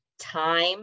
time